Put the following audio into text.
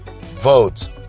votes